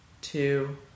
two